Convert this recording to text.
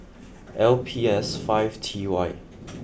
L P S five T Y